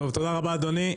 תודה רבה, אדוני.